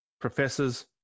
professors